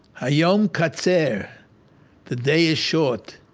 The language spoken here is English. ah yeah ah um katzer the day is short,